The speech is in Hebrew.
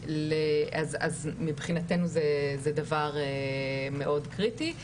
מבחינתנו זה דבר מאוד קריטי.